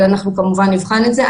אבל אנחנו כמובן נבחן את זה.